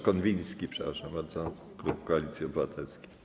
Konwiński, przepraszam bardzo, klub Koalicji Obywatelskiej.